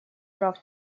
прав